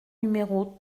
numéro